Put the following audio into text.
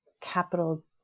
capital